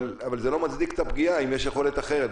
אבל זה לא מצדיק את הפגיעה אם יש יכולת אחרת,